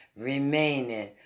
remaining